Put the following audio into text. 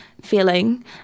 feeling